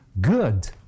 good